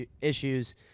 issues